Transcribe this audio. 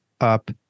up